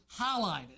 highlighted